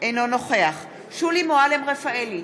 אינו נוכח שולי מועלם-רפאלי,